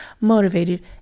motivated